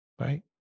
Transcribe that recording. Right